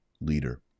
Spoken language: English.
leader